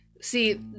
See